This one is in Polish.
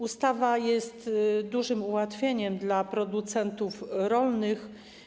Ustawa jest dużym ułatwieniem dla producentów rolnych.